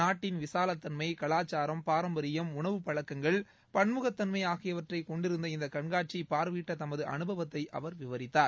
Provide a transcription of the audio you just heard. நாட்டின் விசாலத்தன்மை கலாச்சாரம் பாரம்பரியம் உணவு பழக்கங்கள் பன்முகத்தன்மை ஆகியவற்றை கொண்டிருந்த இந்த கண்காட்சியை பார்வையிட்ட தமது அனுபவத்தை அவர் விவரித்தார்